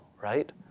Right